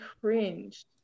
cringed